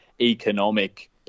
economic